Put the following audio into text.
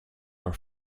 our